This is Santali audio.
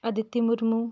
ᱚᱫᱤᱛᱤ ᱢᱩᱨᱢᱩ